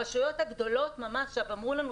הרשויות הגדולות ממש אמרו לנו,